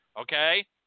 Okay